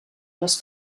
les